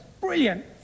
Brilliant